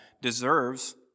deserves